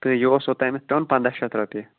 تہٕ یہِ اوس اوٚتانیتھ پٮ۪وان پَنٛداہ شیٚتھ رۄپیہِ